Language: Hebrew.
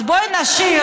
אז בואו נשאיר,